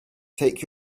take